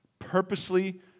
purposely